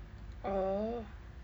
oh